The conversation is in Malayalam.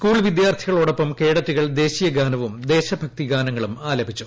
സ്കൂൾ വിദ്യാർത്ഥികളോടൊപ്പം കേഡറ്റുകൾ ദേശീയ ഗാനവും ദേശഭക്തി ഗാനങ്ങളും ആലപിച്ചു